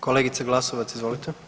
Kolegice Glasovac, izvolite.